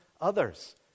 others